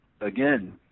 again